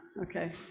okay